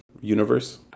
universe